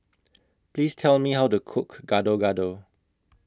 Please Tell Me How to Cook Gado Gado